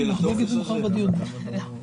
בוודאי לא.